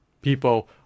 People